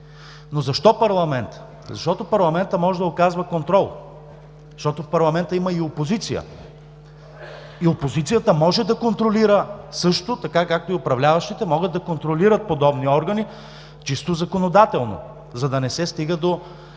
Но защо парламентът? Защото парламентът може да оказва контрол, защото в парламента има и опозиция, и опозицията може да контролира също така, както и управляващите могат да контролират подобни органи чисто законодателно, за да не се стига до